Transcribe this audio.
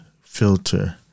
filter